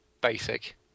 basic